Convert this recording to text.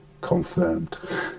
confirmed